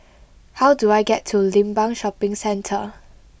how do I get to Limbang Shopping Centre